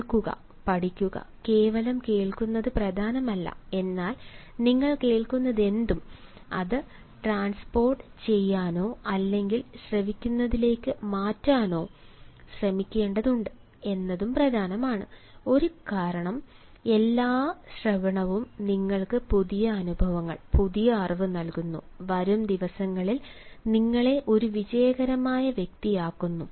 കേൾക്കുക പഠിക്കുക കേവലം കേൾക്കുന്നത് പ്രധാനമല്ല എന്നാൽ നിങ്ങൾ കേൾക്കുന്നതെന്തും അത് ട്രാൻസ്പോർട്ട് ചെയ്യാനോ അല്ലെങ്കിൽ ശ്രവിക്കുന്നതിലേക്ക് മാറ്റാനോ ശ്രമിക്കേണ്ടതുണ്ട് എന്നതും പ്രധാനമാണ് കാരണം എല്ലാ ശ്രവണവും നിങ്ങൾക്ക് പുതിയ അനുഭവങ്ങൾ പുതിയ അറിവ് നൽകുന്നു വരും ദിവസങ്ങളിൽ നിങ്ങളെ ഒരു വിജയകരമായ വ്യക്തിയാക്കുന്നു